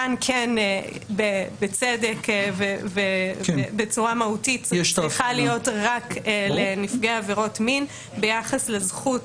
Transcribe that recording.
כאן כן בצדק ובצורה מהותית צריכה להיות רק לנפגעי עבירות מין ביחס לזכות